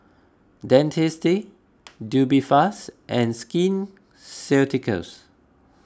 Dentiste Tubifast and Skin Ceuticals